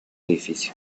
edificio